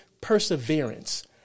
perseverance